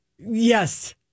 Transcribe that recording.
Yes